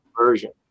Version